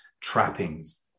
trappings